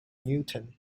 newton